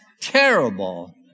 terrible